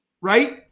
right